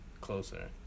closer